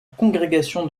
congrégation